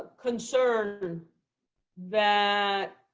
concern that